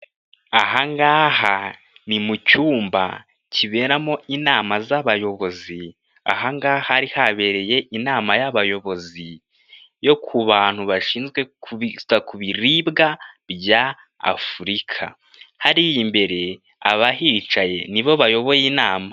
Ahangaha ni mu cyumba kiberamo inama z'abayobozi, ahangaha habereye inama y'abayobozi yo ku bantu bashinzwe kwita ku biribwa bya Afurika, hariya imbere abahicaye nibo bayoboye inama.